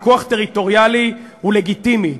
ויכוח טריטוריאלי הוא לגיטימי.